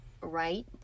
right